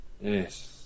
Yes